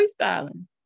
freestyling